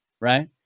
right